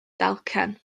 dalcen